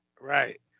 Right